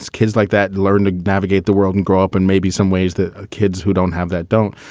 kids like that learn to navigate the world and grow up. and maybe some ways that ah kids who don't have that don't.